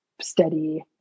steady